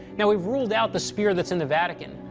now, we've ruled out the spear that's in the vatican.